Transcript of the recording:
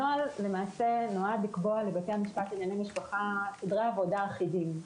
הנוהל למעשה נועד לקבוע לבתי המשפט לענייני משפחה סדרי עבודה אחידים,